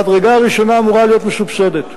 המדרגה הראשונה אמורה להיות מסובסדת,